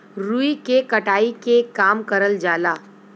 रुई के कटाई के काम करल जाला